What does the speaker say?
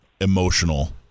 emotional